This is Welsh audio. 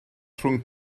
rhwng